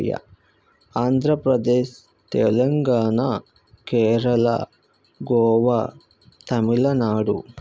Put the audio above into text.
yeah Andhra Pradesh Telangana Kerala Goa Tamil Nadu